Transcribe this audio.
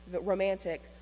romantic